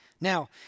Now